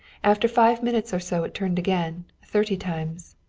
after five minutes or so it turned again, thirty times.